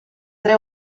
tre